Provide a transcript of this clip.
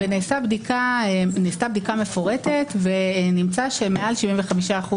ונעשתה בדיקה מפורטת ונמצא שמעל 75%